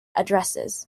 addresses